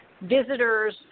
visitors